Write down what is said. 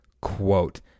quote